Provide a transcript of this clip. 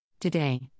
Today